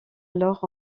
alors